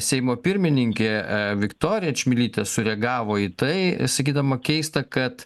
seimo pirmininkė viktorija čmilytė sureagavo į tai sakydama keista kad